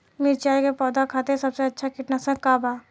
मिरचाई के पौधा खातिर सबसे अच्छा कीटनाशक का बा?